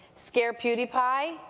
scared beautypie,